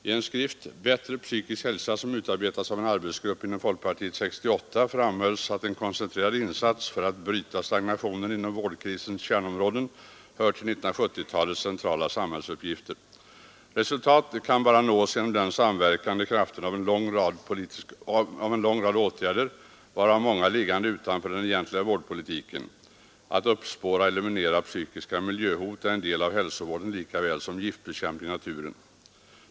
I en skrift, Bättre psykisk hälsa, som utarbetades av en arbetsgrupp inom folkpartiet 1968 framhölls att en koncentrerad insats för att bryta stagnationen inom dessa vårdkrisens kärnområden hör till 1970-talets centrala samhällsuppgifter: ”Resultat kan bara nås genom den samverkande kraften av en lång rad åtgärder, varav många liggande utanför den egentliga vårdpolitiken: att uppspåra och eliminera psykiska miljöhot är en del av hälsovården, likaväl som giftbekämpning i naturen.